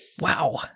Wow